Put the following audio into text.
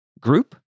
group